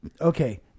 Okay